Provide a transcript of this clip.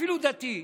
אפילו דתי,